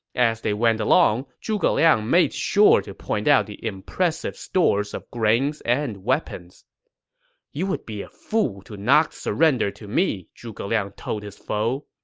as they went along, zhuge liang made sure to point out the impressive stores of grains and weapons you would be a fool to not surrender to me, zhuge liang told his foe.